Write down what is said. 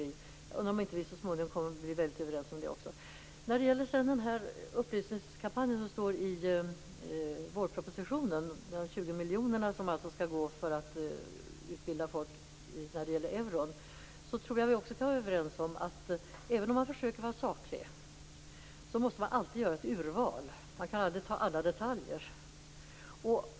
Jag undrar om vi inte så småningom kommer att bli väldigt överens om det också. När det sedan gäller den här upplysningskampanjen som det står om i vårpropositionen, de 20 miljonerna som alltså skall gå till att utbilda folk när det gäller euron, tror jag också att vi kan vara överens om detta: Även om man försöker att vara saklig måste man alltid göra ett urval. Man kan aldrig ta upp alla detaljer.